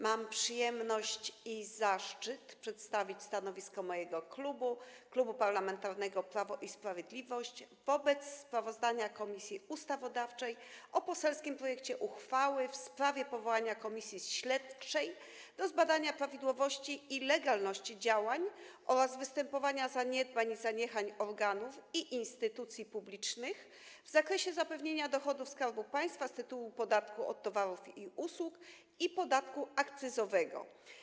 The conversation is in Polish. Mam przyjemność i zaszczyt przedstawić stanowisko mojego klubu, Klubu Parlamentarnego Prawo i Sprawiedliwość, wobec sprawozdania Komisji Ustawodawczej o poselskim projekcie uchwały w sprawie powołania Komisji Śledczej do zbadania prawidłowości i legalności działań oraz występowania zaniedbań i zaniechań organów i instytucji publicznych w zakresie zapewnienia dochodów Skarbu Państwa z tytułu podatku od towarów i usług i podatku akcyzowego.